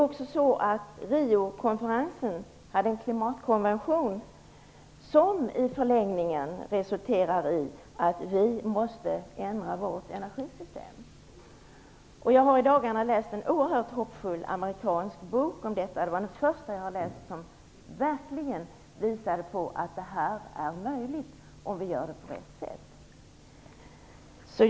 Vid Riokonferensen antogs en klimatkonvention som i förlängningen resulterar i att vi måste ändra vårt energisystem. Jag har i dagarna läst en oerhört hoppfull amerikansk bok om detta. Det är den första jag har läst som verkligen visar på att detta är möjligt, om vi gör det på rätt sätt.